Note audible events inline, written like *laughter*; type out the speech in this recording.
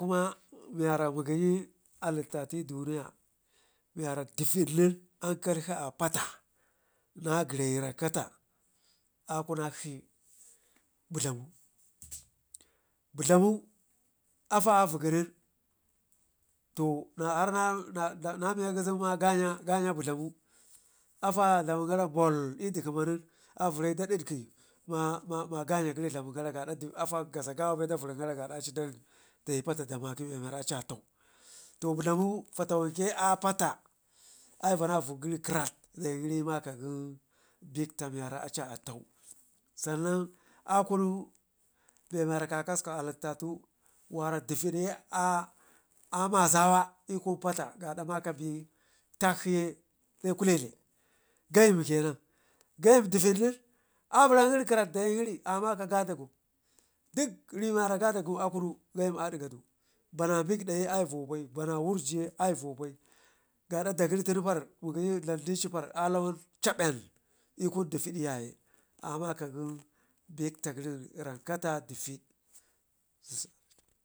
Kuma miyara mugəyi halittate i'duniya miyara divəd nen ankalshi a pata na gərayu rankata akunakshi budlemu, budlamu affa augənen to har na *hesitation* miya rgizem ma ganya budlamu affa a dlamangara bol i'dikəman vərayi da diƙə ma ma ganya gəri dlamin gara gaada affa gaza gawa bai vərrinkari dayi pata da makə be miwarra aci atau, to budlamu fata wanke a pata ayaivana vək gəri kərat dayin gəri maka gən bekta miwara aci atau sannan akunu be warra kakasku halitatau wara dəvid ye a mazawa i'kun pata gada maka bekta takshiye se kulele gayəm kenan, geyəm dəvid nen a vəran gəri kərat dayin gəri amaka gwadagun dik rimmara kwadagun akunu gayəm adiga du bana bekƙa ye aivo bai bana wurji ye aivo bai gaada dagəri tunu ka mugəyi dlam dici para lawan cabel dəvid yaye amaka gən bekta gəri rankata dəvid. *unintelligible*